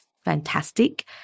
Fantastic